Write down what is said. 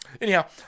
Anyhow